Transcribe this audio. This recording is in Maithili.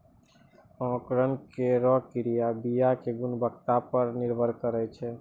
अंकुरन केरो क्रिया बीया क गुणवत्ता पर निर्भर करै छै